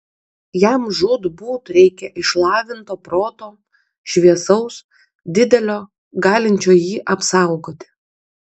jam žūtbūt reikia išlavinto proto šviesaus didelio galinčio jį apsaugoti